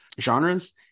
genres